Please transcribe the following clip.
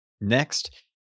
Next